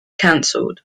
cancelled